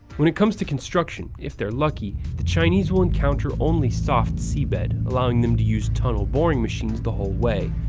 when it comes to construction, if they're lucky, the chinese will encounter only soft seabed, allowing them to use tunnel-boring machines the whole way.